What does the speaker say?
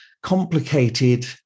complicated